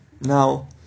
now